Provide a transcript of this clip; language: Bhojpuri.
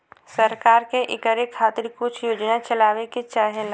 सरकार के इकरे खातिर कुछ योजना चलावे के चाहेला